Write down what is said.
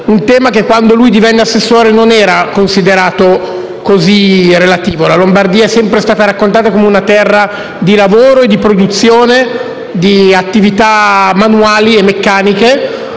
tema che quando egli divenne assessore non era così considerato: la Lombardia è sempre stata raccontata come una terra di lavoro, di produzione, di attività manuali e meccaniche.